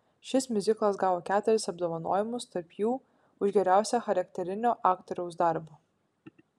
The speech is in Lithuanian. šis miuziklas gavo keturis apdovanojimus tarp jų už geriausią charakterinio aktoriaus darbą